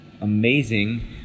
amazing